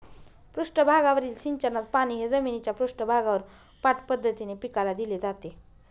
पृष्ठभागावरील सिंचनात पाणी हे जमिनीच्या पृष्ठभागावर पाठ पद्धतीने पिकाला दिले जाते